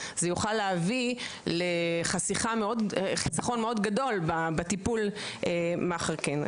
זה יוכל להביא לחיסכון מאוד גדול בטיפול לאחר מכן.